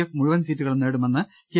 F മുഴുവൻ സീറ്റുകളും നേടുമെന്ന് കെ